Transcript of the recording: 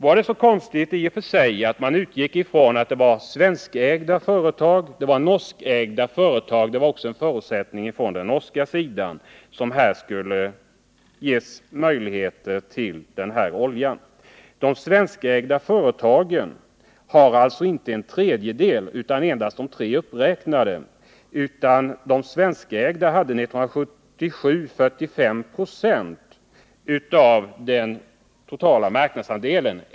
Var det så konstigt i och för sig att man utgick från att det skulle vara svenska företag? Det var ju också en förutsättning från norsk sida att det skulle vara norska företag som gavs möjlighet att leverera olja. De svenskägda företagen har alltså inte en tredjedel — det gäller endast de tre uppräknade. 1977 hade de svenskägda företagen 45 96 av den totala marknadsandelen.